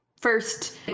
first